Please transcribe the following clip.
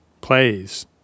plays